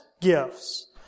gifts